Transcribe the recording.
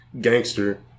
gangster